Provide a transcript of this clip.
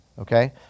Okay